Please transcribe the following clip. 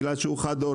בגלל שהוא חד-הורי